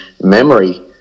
memory